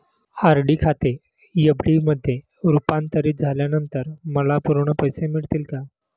RD खाते FD मध्ये रुपांतरित झाल्यानंतर मला पूर्ण पैसे मिळतील का?